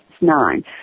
nine